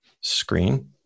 screen